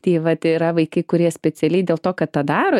tai vat yra vaikai kurie specialiai dėl to kad tą daro